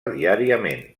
diàriament